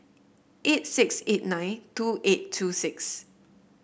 eight six eight nine two eight two six